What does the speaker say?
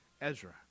Ezra